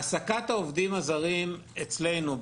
העסקת העובדים הזרים אצלנו,